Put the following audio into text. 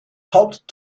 haupt